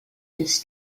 his